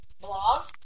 blog